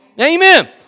Amen